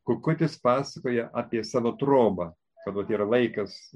kukutis pasakoja apie savo trobą kad vat yra laikas